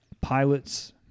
Pilot's